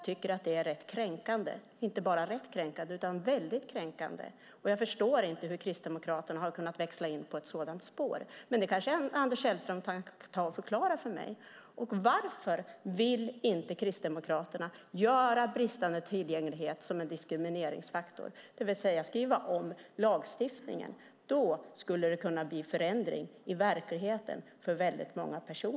Det är kränkande, och jag förstår inte hur Kristdemokraterna har växlat in på ett sådant spår. Det kanske Anders Sellström kan förklara för mig. Varför vill inte Kristdemokraterna göra bristande tillgänglighet till en diskrimineringsfaktor, det vill säga skriva om lagen? Då kan det bli förändring i verkligheten för många.